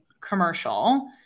commercial